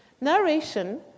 narration